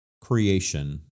creation